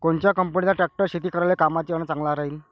कोनच्या कंपनीचा ट्रॅक्टर शेती करायले कामाचे अन चांगला राहीनं?